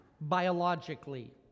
biologically